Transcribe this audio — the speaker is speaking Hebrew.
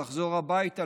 לחזור הביתה,